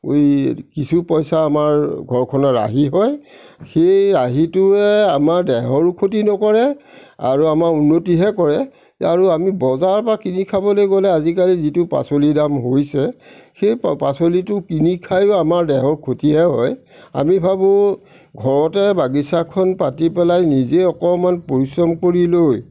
কিছু পইচা আমাৰ ঘৰখনৰ ৰাহি হয় সেই ৰাহিটোৱে আমাৰ দেহৰো ক্ষতি নকৰে আৰু আমাৰ উন্নতিহে কৰে আৰু আমি বজাৰৰ পৰা কিনি খাবলৈ গ'লে আজিকালি যিটো পাচলি দাম হৈছে সেই পাচলিটো কিনি খাইয়ো আমাৰ দেহত ক্ষতিহে হয় আমি ভাবোঁ ঘৰতে বাগিচাখন পাতি পেলাই নিজে অকণমান পৰিশ্ৰম কৰি লৈ